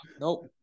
nope